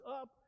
up